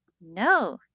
No